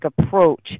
approach